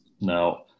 Now